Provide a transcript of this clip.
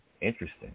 interesting